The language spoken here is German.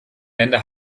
länder